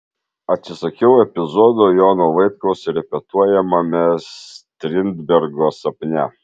atsisakiau epizodo jono vaitkaus repetuojamame strindbergo sapne